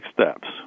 steps